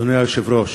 אדוני היושב-ראש,